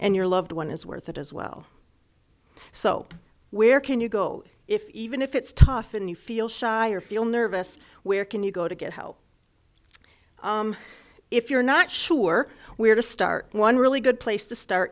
and your loved one is worth that as well so where can you go if even if it's tough and you feel shy or feel nervous where can you go to get help if you're not sure where to start one really good place to start